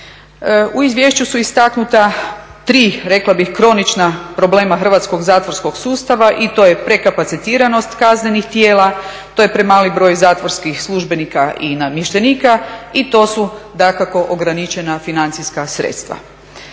U izvješću su istaknuta tri rekla bih kronična problema hrvatskog zatvorskog sustava i to je prekapacitiranost kaznenih tijela, to je premali broj zatvorskih službenika i namještenika i to su dakako ograničena financijska sredstva.